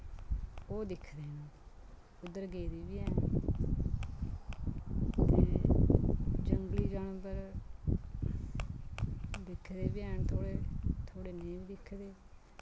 ओह् दिक्ख दे न उद्दर गेदी वी ऐं ते जंगली जानबर दिक्खे दे वी हैन थोह्ड़े थोह्ड़े नेईं वी दिक्खे दे